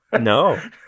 No